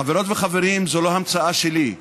חברות וחברים, זו לא המצאה שלי.